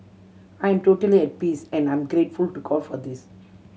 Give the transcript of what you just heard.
I am totally at peace and I'm grateful to God for this